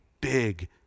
big